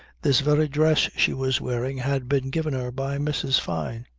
this very dress she was wearing had been given her by mrs. fyne.